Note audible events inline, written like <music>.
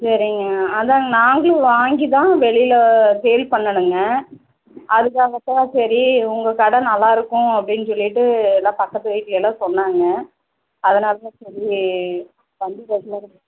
சரிங்க அதுதான் நாங்களும் வாங்கி தான் வெளியில் சேல் பண்ணனுங்க அதுக்காகத் தான் சரி உங்கள் கடை நல்லாயிருக்கும் அப்படின்னு சொல்லிவிட்டு எல்லாம் பக்கத்து வீட்லேலாம் சொன்னாங்க அதனால தான் சரி வண்டி <unintelligible>